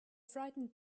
frightened